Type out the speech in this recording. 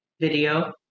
video